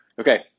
Okay